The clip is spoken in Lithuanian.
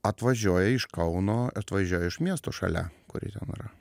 atvažiuoja iš kauno atvažiuoja iš miesto šalia kuris ten yra